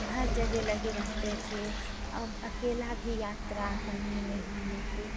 हर जगह लगे रहते थे अब अकेला भी यात्रा करने में हम लोगों को